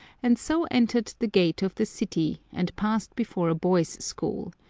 and so entered the gate of the city and passed before a boys' school.